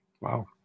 Wow